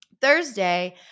Thursday